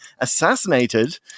assassinated